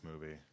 movie